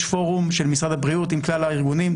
פורום של משרד הבריאות עם כלל הארגונים.